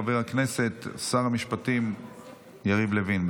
חבר הכנסת שר המשפטים יריב לוין.